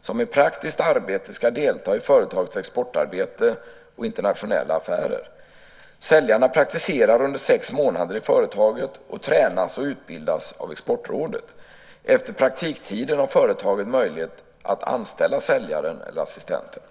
som med praktiskt arbete ska delta i företagets exportarbete och internationella affärer. Säljarna praktiserar under sex månader i företaget och tränas och utbildas av Exportrådet. Efter praktiktiden har företaget möjlighet att anställa säljaren eller assistenten.